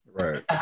Right